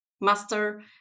master